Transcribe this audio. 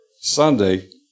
Sunday